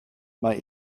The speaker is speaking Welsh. mae